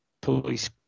police